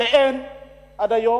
שאין עד היום,